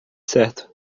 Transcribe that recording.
certo